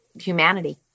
humanity